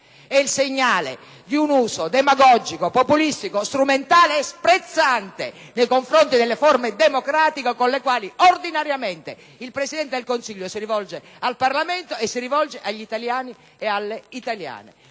è il segnale di un modo demagogico, populistico, strumentale e sprezzante nei confronti delle forme democratiche con cui ordinariamente il Presidente del Consiglio si rivolge al Parlamento e agli italiani e alle italiane.